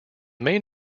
main